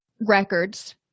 records